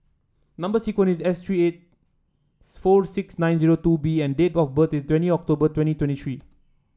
number sequence is S three eight four six nine zero two B and date of birth is twenty October twenty twenty three